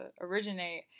originate